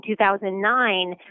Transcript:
2009